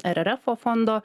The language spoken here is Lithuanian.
rrfo fondo